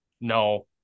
no